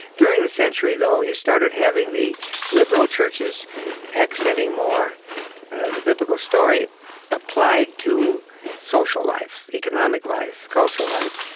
during the century, though, you started having the liberal churches accenting more the biblical story applied to social life, economic life, cultural life,